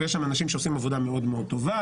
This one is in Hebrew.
ויש שם אנשים שעושים עבודה מאוד טובה,